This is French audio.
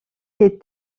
les